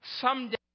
someday